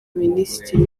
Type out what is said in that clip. minisitiri